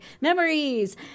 memories